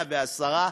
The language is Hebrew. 110,